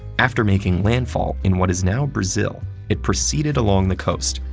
after making landfall in what is now brazil, it proceeded along the coast,